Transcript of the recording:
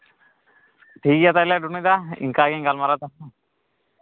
ᱴᱷᱤᱠ ᱜᱮᱭᱟ ᱛᱟᱦᱞᱮ ᱰᱩᱢᱤ ᱫᱟ ᱤᱱᱠᱟ ᱜᱤᱧ ᱜᱟᱞᱢᱟᱨᱟᱣ ᱫᱟ